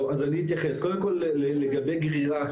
לגבי גרירה,